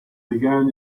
began